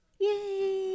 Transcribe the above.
Yay